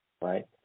Right